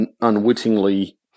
unwittingly